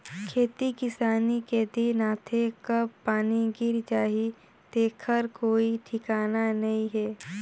खेती किसानी के दिन आथे कब पानी गिर जाही तेखर कोई ठिकाना नइ हे